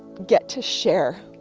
get to share.